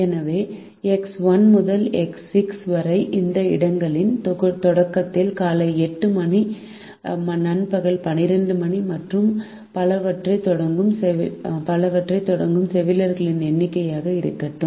எனவே எக்ஸ் 1 முதல் எக்ஸ் 6 வரை இந்த 6 இடங்களின் தொடக்கத்தில் காலை 8 மணி நண்பகல் 12 மணி மற்றும் பலவற்றைத் தொடங்கும் செவிலியர்களின் எண்ணிக்கையாக இருக்கட்டும்